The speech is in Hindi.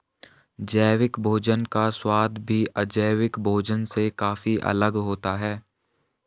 जैविक भोजन का स्वाद भी अजैविक भोजन से काफी अलग होता है